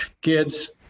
kids